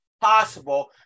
possible